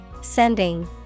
Sending